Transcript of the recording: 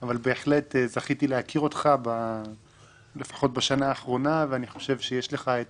אבל בהחלט זכיתי להכיר אותך לפחות בשנה האחרונה ואני חושב שיש לך את